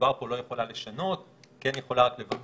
דובר פה על כך שהיא לא יכולה לשנות וכן יכולה רק לבטל.